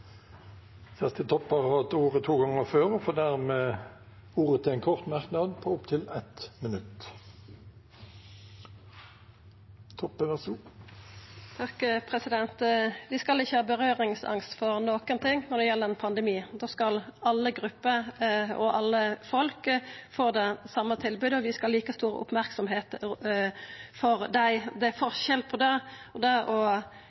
har hatt ordet to ganger tidligere og får ordet til en kort merknad, begrenset til 1 minutt. Vi skal ikkje ha berøringsangst for nokon ting når det gjeld ein pandemi. Da skal alle grupper og alle folk få det same tilbodet, og vi skal ha like stor merksemd på dei. Det er forskjell på det og det å